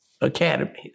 academies